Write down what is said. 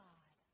God